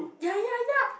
yeah yeah yeah